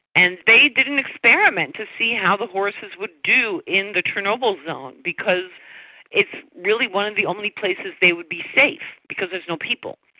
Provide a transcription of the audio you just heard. and they did an experiment to see how the horses would do in the chernobyl zone because it is really one of the only places they would be safe because there's no people,